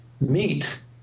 meet